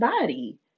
body